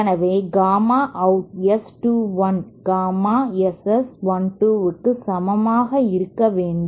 எனவே gamma out S 2 1 gamma S S 1 2 க்கு சமமாக இருக்க வேண்டும்